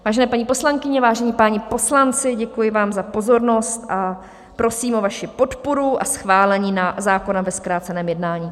Vážené paní poslankyně, vážení páni poslanci, děkuji vám za pozornost a prosím o vaši podporu a schválení zákona ve zkráceném jednání.